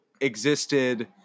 existed